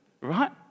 right